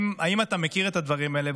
האם אתה מכיר את הדברים האלה?